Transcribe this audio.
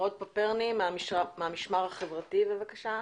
מן המשמר החברתי, בבקשה.